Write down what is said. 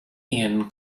ian